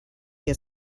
get